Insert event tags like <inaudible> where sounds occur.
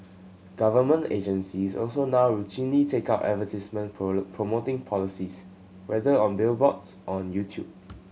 government agencies also now routine take out advertisement <unintelligible> promoting policies whether on Billboards or on YouTube